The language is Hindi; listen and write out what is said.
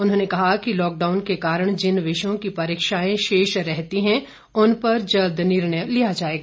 उन्होंने कहा कि लॉकडाउन के कारण जिन विषयों की परीक्षाएं शेष रहती हैं उन पर जल्द निर्णय लिया जाएगा